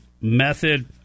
method